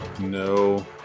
No